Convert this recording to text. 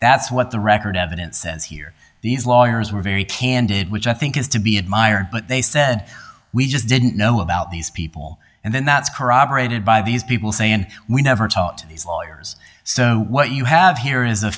that's what the record evidence says here these lawyers were very candid which i think is to be admired but they said we just didn't know about these people and then that's corroborated by these people say and we never taught these lawyers so what you have here is a